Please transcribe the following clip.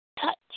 Touch